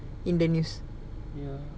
ya